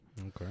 Okay